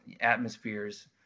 atmospheres